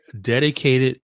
dedicated